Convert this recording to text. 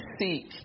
seek